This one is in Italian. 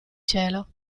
cielo